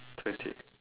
twenty